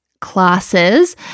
classes